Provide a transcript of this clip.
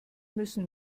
müssen